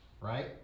right